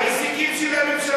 ההישגים של הממשלה,